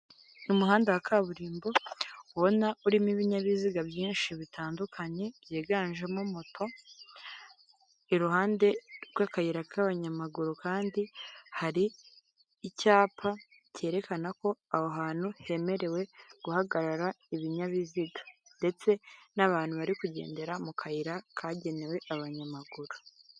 Umuhanda wa kaburimbo ubona urimo ibinyabiziga byinshi bitandukanye byiganjemo moto, iruhande rw'akayira k'abanyamaguru kandi hari icyapa cyerekana ko aho hantu hemerewe guhagarara ibinyabiziga, ndetse n'abantu bari kugendera mu kayira kagenewe abanyamaguru.